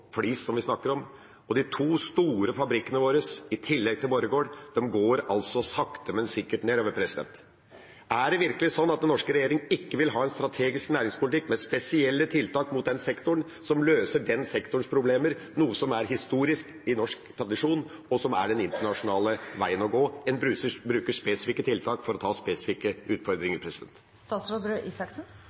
som vi snakker om, og de to store fabrikkene våre, i tillegg til Borregaard, går altså sakte, men sikkert nedover. Er det virkelig sånn at den norske regjeringa ikke vil ha en strategisk næringspolitikk med spesielle tiltak inn mot den sektoren som løser den sektorens problemer – noe som er historisk i norsk tradisjon, og som er den internasjonale veien å gå? En bruker spesifikke tiltak for å ta spesifikke utfordringer.